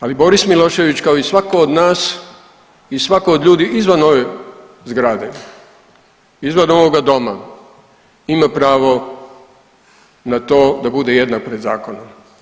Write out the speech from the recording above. Ali, Boris Milošević kao i svatko od nas i svatko od ljudi izvan ove zgrade, izvan ovoga Doma, ima pravo na to da bude jednak pred zakonom.